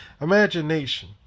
Imagination